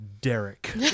Derek